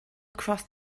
across